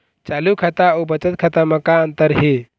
चालू खाता अउ बचत खाता म का अंतर हे?